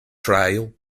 trail